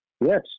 yes